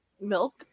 milk